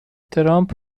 ترامپ